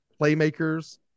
playmakers